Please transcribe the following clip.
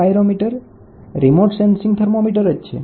તો pyrometer remote sensing thermometer જ છે